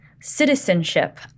citizenship